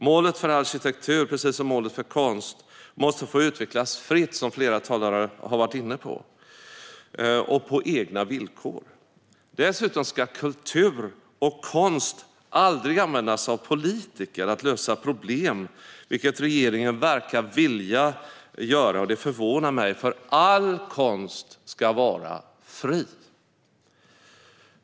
Målet för arkitektur, precis som målet för konst, måste få utvecklas fritt, som flera talare har varit inne på, och på egna villkor. Dessutom ska kultur och konst aldrig användas av politiker för att lösa problem, vilket regeringen verkar vilja göra. Det förvånar mig, för all konst ska vara fri.